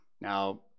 Now